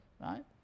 right